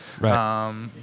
Right